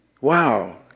Wow